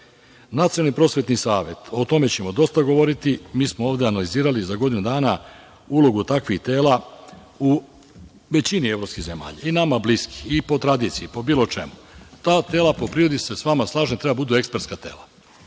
treba. Nacionalni prosvetni savet, o tome ćemo dosta govoriti. Mi smo ovde analizirali za godinu dana ulogu takvih tela u većini evropskih zemalja i nama bliskih i po tradiciji, po bilo čemu. Ta tela po prirodi se sa vama slažem da treba da budu ekspertska tela,